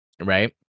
Right